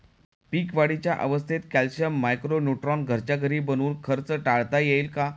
पीक वाढीच्या अवस्थेत calcium, micro neutron घरच्या घरी बनवून खर्च टाळता येईल का?